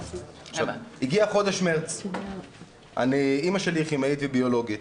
הגיע חודש מארס, אמא שלי כימאית וביולוגית